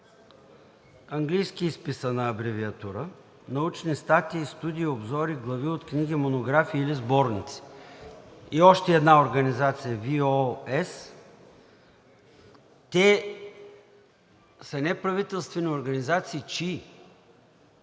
английски изписана абревиатура, научни статии, студии, обзори, глави от книги, монографии или сборници, и още една организация – Web of Science, те са неправителствени организации, чии?